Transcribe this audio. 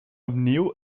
opnieuw